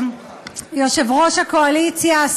יושב-ראש הקואליציה,